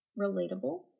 relatable